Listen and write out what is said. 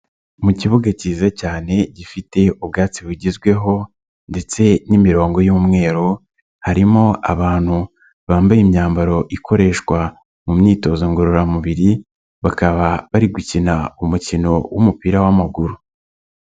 Mu kibuga cyiza cyane gifite ubwatsi bugezweho ndetse n'imirongo y'umweru, harimo abantu bambaye imyambaro ikoreshwa mu myitozo ngororamubiri, bakaba bari gukina umukino w'umupira w'amaguru.